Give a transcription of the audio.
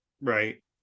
right